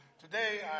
Today